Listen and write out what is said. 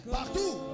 partout